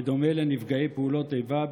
בדומה לנפגעי פעולות איבה,